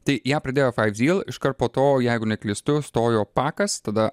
tai ją pridėjo faiv zyl iškart po to jeigu neklystu stojo pakas tada